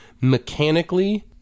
mechanically